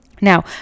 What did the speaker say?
Now